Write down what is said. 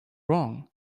wrong